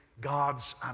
God's